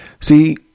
See